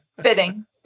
Fitting